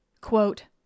Quote